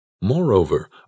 Moreover